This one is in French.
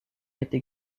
été